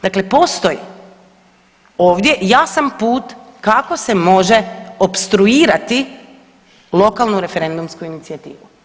Dakle, postoji ovdje jasan put kako se može opstruirati lokalnu referendumsku inicijativu.